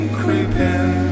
creeping